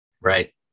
Right